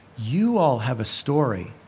you all have a story.